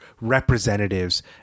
representatives